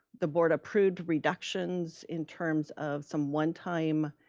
the board approved reductions in terms of some one time,